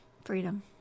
freedom